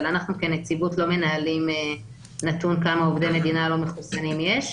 אבל אנחנו כנציבות לא מנהלים נתון כמה עובדי מדינה לא מחוסנים יש.